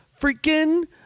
freaking